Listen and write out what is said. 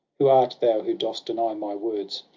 who art thou who dost deny my words?